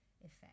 effect